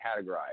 categorized